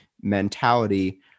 mentality